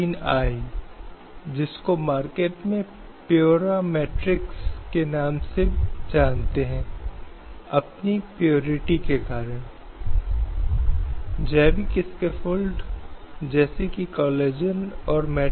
इसलिए यह देश के पुरुष और महिलाएं हैं जिन्होंने खुद को संविधान भूमि का सर्वोच्च कानून दिया है